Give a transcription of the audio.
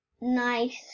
nice